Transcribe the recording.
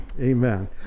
amen